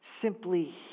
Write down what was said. simply